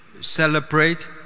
Celebrate